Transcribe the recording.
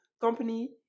company